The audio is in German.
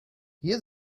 hier